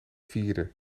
vierde